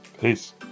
Peace